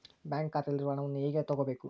Bank ಖಾತೆಯಲ್ಲಿರುವ ಹಣವನ್ನು ಹೇಗೆ ತಗೋಬೇಕು?